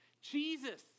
Jesus